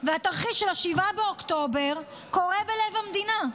והתרחיש של 7 באוקטובר קורה בלב המדינה.